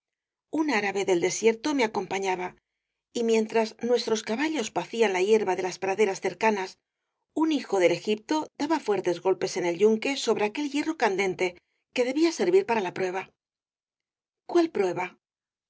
un árabe del desierto me acompañaba y mientras nuestros caballos pacían la hierba de las praderas cercanas un hijo del egipto daba fuertes golpes en el yunque sobre aquel hierro candente que debía servir para la prueba cuál prueba